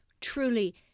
truly